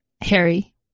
Harry